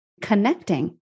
connecting